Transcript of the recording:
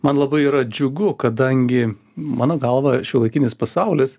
man labai yra džiugu kadangi mano galva šiuolaikinis pasaulis